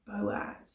Boaz